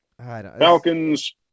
Falcons